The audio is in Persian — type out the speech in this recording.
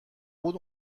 بود